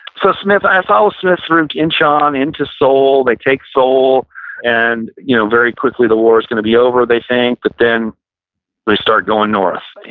so smith, i followed smith through inchon into seoul. they take seoul and you know very quickly the war's going to be over they think but then they start going north,